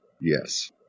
Yes